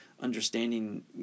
understanding